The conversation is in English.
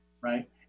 right